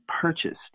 purchased